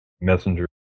messenger